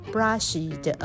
Brushed